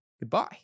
goodbye